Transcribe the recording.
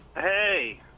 Hey